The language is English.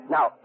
Now